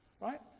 right